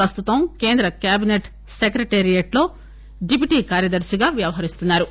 ప్రస్తుతం కేంద్ర కేబినెట్ సెక్రటేరియట్లో డిప్యూటీ కార్యదర్నిగా వ్యవహరిస్తున్నా రు